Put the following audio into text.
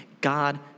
God